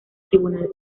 tribunal